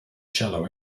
shallow